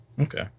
Okay